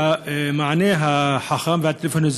המענה החכם והטלפוני,